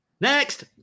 next